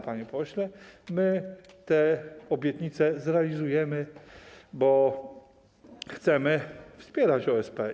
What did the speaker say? Panie pośle, my te obietnice zrealizujemy, bo chcemy wspierać OSP.